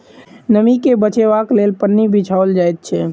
नमीं के बचयबाक लेल पन्नी बिछाओल जाइत छै